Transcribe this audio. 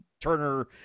Turner